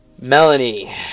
Melanie